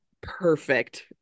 perfect